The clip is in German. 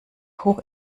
hoch